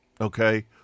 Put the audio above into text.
Okay